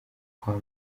kwa